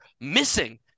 missing